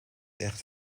echt